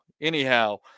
anyhow